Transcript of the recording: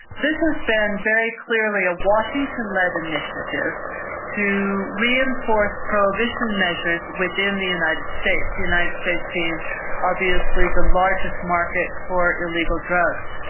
this has been very clearly a washington-led initiative to reinforce prohibition measures within the united states, the united states being obviously the largest market for illegal drugs.